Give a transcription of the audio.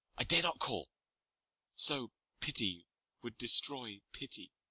i dare not call so pity would destroy pity